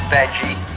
Veggie